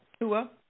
Tua